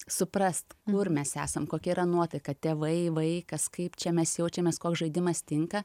suprast kur mes esam kokia yra nuotaika tėvai vaikas kaip čia mes jaučiamės koks žaidimas tinka